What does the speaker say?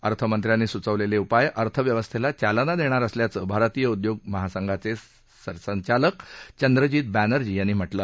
अर्थमंत्र्यांनी सुचवलेले उपाय अर्थव्यवस्थेला चालना देणार असल्याचं भारतीय उद्योग महासंघाचे सरसंचालक चंद्रजीत बॅनर्जी यांनी म्हटलं आहे